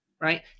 right